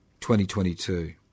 2022